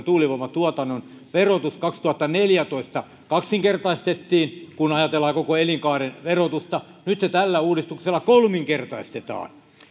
tuulivoimatuotannon verotus kaksituhattaneljätoista kaksinkertaistettiin kun ajatellaan koko elinkaaren verotusta ja nyt se tällä uudistuksella kolminkertaistetaan